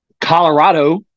Colorado